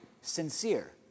sincere